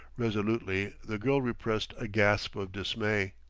resolutely the girl repressed a gasp of dismay.